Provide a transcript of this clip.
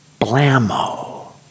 Blammo